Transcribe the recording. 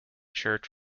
church